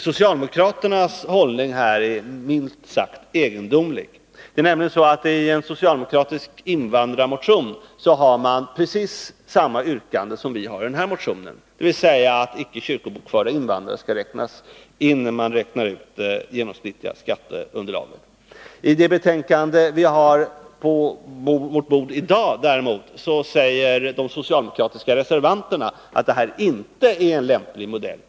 Socialdemokraternas hållning är minst sagt egendomlig. I en socialdemokratisk invandrarmotion har man precis samma yrkande som vi har i denna motion, dvs. att icke kyrkobokförda invandrare skall räknas in när man räknar ut det genomsnittliga skatteunderlaget. I det betänkande som vi har på vårt bord i dag säger däremot de socialdemokratiska reservanterna att detta inte är en lämplig modell.